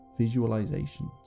visualizations